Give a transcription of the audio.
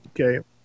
okay